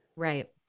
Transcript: Right